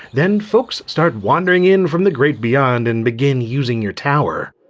then folks start wandering in from the great beyond and begin using your tower.